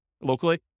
locally